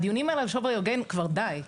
הדיונים על השווי ההוגן כבר די.